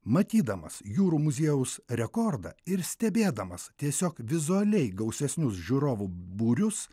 matydamas jūrų muziejaus rekordą ir stebėdamas tiesiog vizualiai gausesnius žiūrovų būrius